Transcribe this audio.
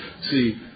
See